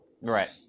right